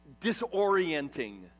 disorienting